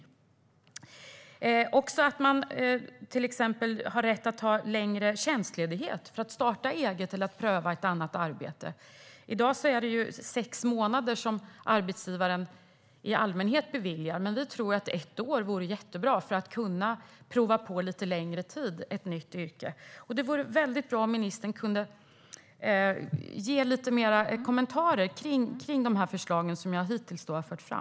Det kan också handla om att man har rätt att ta längre tjänstledighet för att starta eget eller för att prova på ett annat arbete. I dag beviljar arbetsgivaren i allmänhet sex månaders tjänstledighet. Men vi tror att det vore mycket bra med ett år för att man ska kunna prova på ett nytt yrke under en lite längre tid. Det vore bra om ministern kunde ge lite mer kommentarer kring de förslag som jag hittills har fört fram.